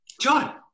John